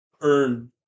earn